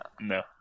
No